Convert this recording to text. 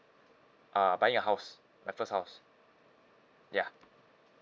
uh buying a house my first house ya